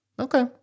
Okay